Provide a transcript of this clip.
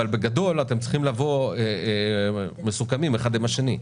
אבל בגדול אתם צריכים לבוא מסוכמים אחד עם השני,